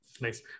Nice